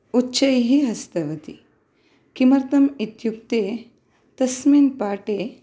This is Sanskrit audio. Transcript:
उच्चैः हसितवती किमर्थम् इत्युक्ते तस्मिन् पाठे